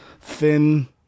thin